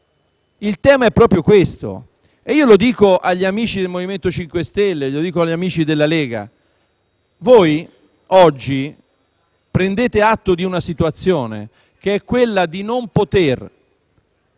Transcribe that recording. il tema è proprio questo, e io lo dico agli amici del MoVimento 5 Stelle, lo dico agli amici della Lega: voi oggi prendete atto di una situazione (ed è un problema per